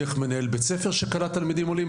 דרך מנהל בית ספר שקלט תלמידים עולים,